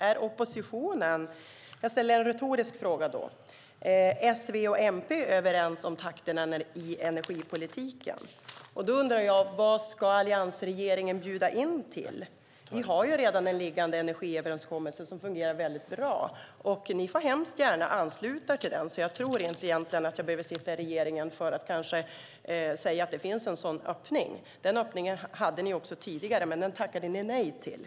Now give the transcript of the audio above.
Herr talman! Jag ställer en fråga tillbaka till Börje Vestlund: Är S, V och MP överens om takterna i energipolitiken? Vad ska alliansregeringen bjuda in till? Vi har redan en energiöverenskommelse som fungerar bra. Ni får hemskt gärna ansluta er till den. Jag behöver inte sitta i regeringen för att kunna säga att det finns en sådan öppning. Den öppningen hade ni också tidigare, men den tackade ni nej till.